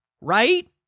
right